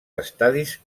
estadis